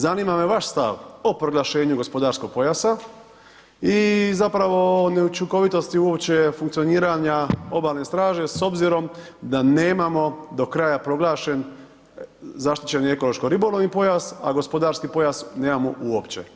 Zanima me vaš stav o proglašenju gospodarskog pojasa i zapravo neučinkovitosti uopće funkcioniranja obalne straže s obzirom da nemamo do kraja proglašen zaštićeni ekološko-ribolovni pojas, a gospodarski pojas nemamo uopće.